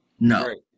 no